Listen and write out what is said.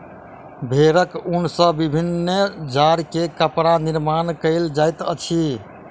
भेड़क ऊन सॅ विभिन्न जाड़ के कपड़ा निर्माण कयल जाइत अछि